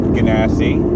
Ganassi